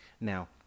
Now